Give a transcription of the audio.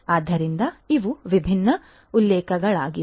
ಆದ್ದರಿಂದ ಇವು ವಿಭಿನ್ನ ಉಲ್ಲೇಖಗಳಾಗಿವೆ